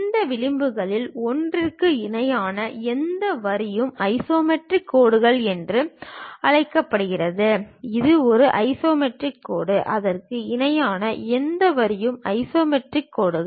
இந்த விளிம்புகளில் ஒன்றிற்கு இணையான எந்த வரியும் ஐசோமெட்ரிக் கோடுகள் என்று அழைக்கப்படுகிறது இது ஒரு ஐசோமெட்ரிக் கோடு அதற்கு இணையான எந்த வரியும் ஐசோமெட்ரிக் கோடுகள்